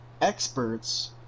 experts